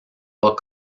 pas